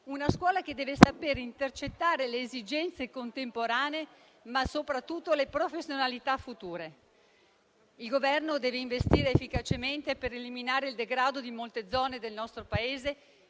La scuola deve saper intercettare le esigenze contemporanee, ma soprattutto le professionalità future. Il Governo deve investire efficacemente per eliminare il degrado di molte zone del nostro Paese